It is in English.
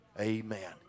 Amen